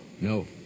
no